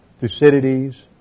Thucydides